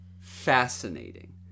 fascinating